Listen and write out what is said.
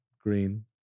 green